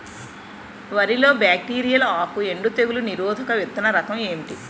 వరి లో బ్యాక్టీరియల్ ఆకు ఎండు తెగులు నిరోధక విత్తన రకం ఏంటి?